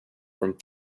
from